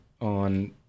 on